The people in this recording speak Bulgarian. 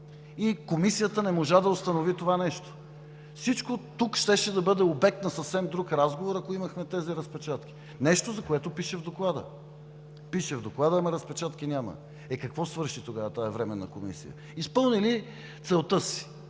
И Комисията не можа да установи това нещо. Всичко тук щеше да бъде обект на съвсем друг разговор, ако имахме тези разпечатки – нещо, за което пише в Доклада. Пише в Доклада, ама разпечатки няма. Е, какво свърши тогава тази Временна комисия? Изпълни ли целта си